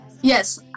Yes